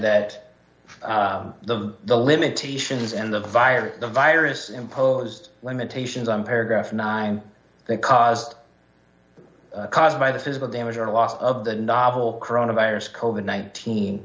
that the the limitations and the virus the virus imposed limitations on paragraph nine they caused caused by the physical damage or loss of the novel coronavirus coleman nineteen